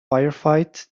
firefight